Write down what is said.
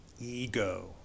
Ego